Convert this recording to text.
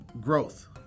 growth